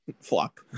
Flop